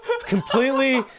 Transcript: completely